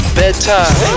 bedtime